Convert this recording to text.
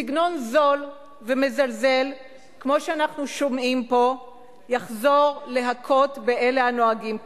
סגנון זול ומזלזל כמו שאנחנו שומעים פה יחזור להכות באלה הנוהגים כך.